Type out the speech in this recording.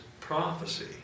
prophecy